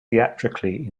theatrically